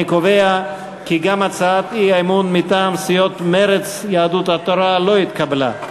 אני קובע כי גם הצעת האי-אמון מטעם סיעות מרצ ויהדות התורה לא נתקבלה.